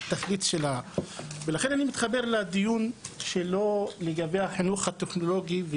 לכן אני מתחבר לדברים שלו לגבי החינוך הטכנולוגי.